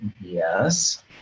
yes